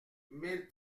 mille